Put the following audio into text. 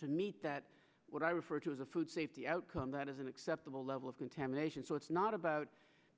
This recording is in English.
to meet that what i refer to as a food safety outcome that is an acceptable level of contamination so it's not about